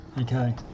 Okay